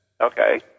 Okay